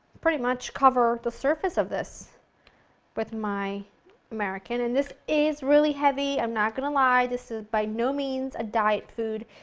pretty much cover the surface of this with my american and this is really heavy, i'm not going to lie, this is by no means a diet food,